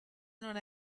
non